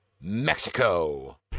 Mexico